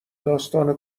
داستان